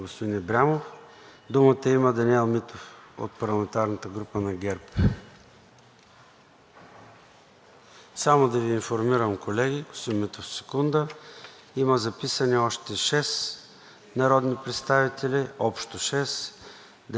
Само да Ви информирам, колеги – господин Митов, секунда, има записани още шест народни представители, общо шест – Даниел Митов, Ивелин Първанов, Борислав Гуцанов, Екатерина Захариева, Кремена Кунева и господин Бачийски. Дотук е това.